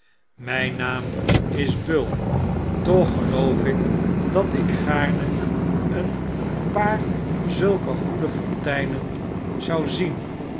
myn naam is bull toch geloof ik dat ik gaarne een paar zulke goede fonteinen zou zien